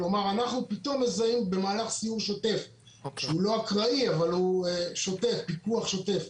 כלומר אנחנו פתאום במהלך סיור שהוא לא אקראי אבל הוא פיקוח שוטף,